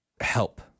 help